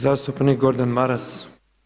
Zastupnik Gordan Maras.